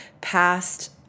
past